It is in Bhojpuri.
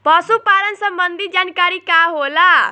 पशु पालन संबंधी जानकारी का होला?